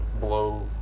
blow